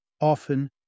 Often